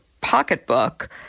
pocketbook